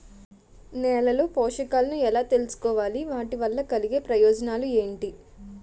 నేలలో పోషకాలను ఎలా తెలుసుకోవాలి? వాటి వల్ల కలిగే ప్రయోజనాలు ఏంటి?